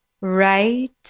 right